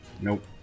Nope